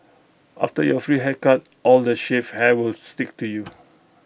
after your free haircut all the shaved hair will stick to you